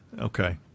Okay